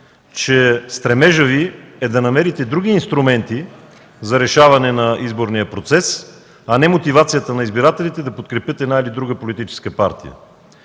че стремежът Ви е да намерите други инструменти за решаване на изборния процес, а не мотивацията на избирателите да подкрепят една или друга политическа партия.